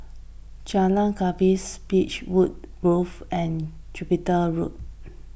Jalan Gapis Beechwood Grove and Jupiter Road